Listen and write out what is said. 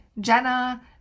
Jenna